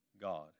God